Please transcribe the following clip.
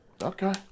Okay